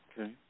Okay